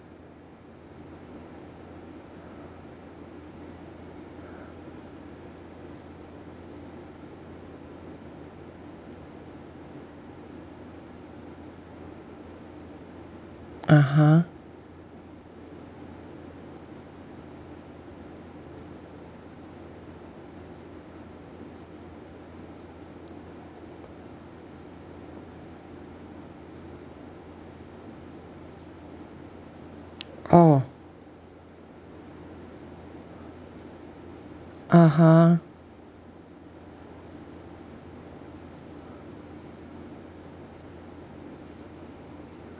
(uh huh) oh (uh huh)